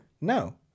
No